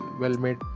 well-made